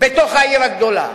בתוך העיר הגדולה.